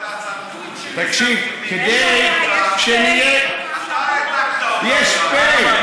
העתקת אותה, אין בעיה, יש פ'.